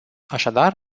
așadar